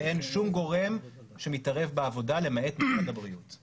ואין שום גורם שמתערב בעבודה למעט משרד הבריאות.